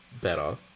better